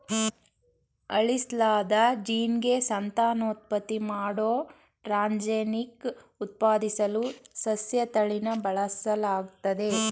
ಅಳಿಸ್ಲಾದ ಜೀನ್ಗೆ ಸಂತಾನೋತ್ಪತ್ತಿ ಮಾಡೋ ಟ್ರಾನ್ಸ್ಜೆನಿಕ್ ಉತ್ಪಾದಿಸಲು ಸಸ್ಯತಳಿನ ಬಳಸಲಾಗ್ತದೆ